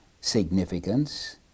significance